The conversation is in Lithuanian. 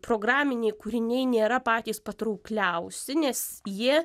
programiniai kūriniai nėra patys patraukliausi nes jie